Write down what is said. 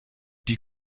die